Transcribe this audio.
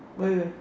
where where where